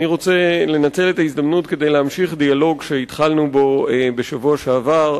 אני רוצה לנצל את ההזדמנות כדי להמשיך דיאלוג שהתחלנו בו בשבוע שעבר,